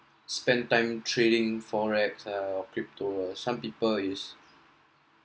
spend time trading forex or crypto or some people it's